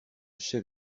chef